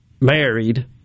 married